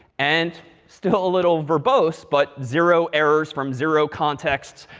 and still a little verbose, but zero errors, from zero contexts.